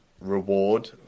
reward